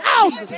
out